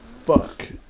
fuck